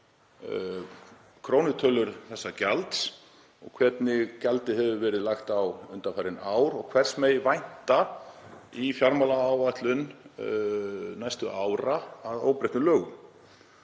krónutölu þessa gjalds og hvernig gjaldið hafi verið lagt á undanfarin ár og hvers megi vænta í fjármálaáætlun næstu ára að óbreyttum lögum.